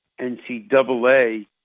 NCAA